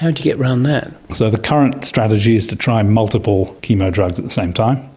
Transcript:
how do you get around that? so the current strategy is to try multiple chemo drugs at the same time.